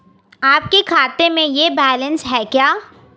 आपके खाते में यह बैलेंस है क्या?